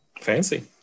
Fancy